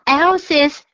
else's